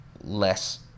less